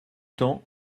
temps